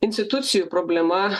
institucijų problema